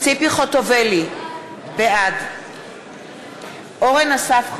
ציפי חוטובלי, בעד אורן אסף חזן,